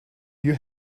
you